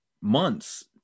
months